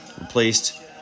replaced